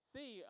See